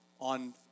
on